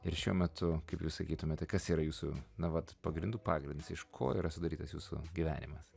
ir šiuo metu kaip jūs sakytumėte kas yra jūsų na vat pagrindų pagrindas iš ko yra sudarytas jūsų gyvenimas